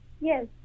Yes